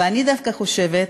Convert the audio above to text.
ואני דווקא חושבת,